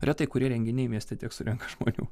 retai kurie renginiai mieste tiek surenka žmonių